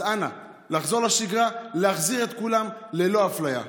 אז, אנא, לחזור לשגרה ולהחזיר את כולם ללא אפליה.